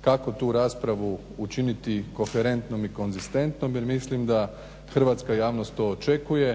kako tu raspravu učiniti koherentnom i konzistentnom jer mislim da hrvatska javnost to očekuju,